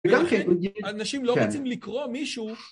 אנשים לא רוצים לקרוא מישהו